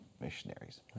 missionaries